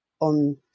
on